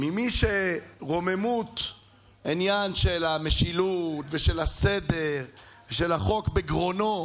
ממי שרוממות העניין של המשילות ושל הסדר ושל החוק בגרונו,